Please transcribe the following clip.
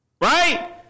right